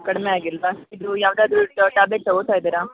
ಕಡಿಮೆ ಆಗಿಲ್ವಾ ಇದು ಯಾವುದಾದ್ರು ಟ್ಯಾಬ್ಲೆಟ್ ತಗೋತಾ ಇದೀರಾ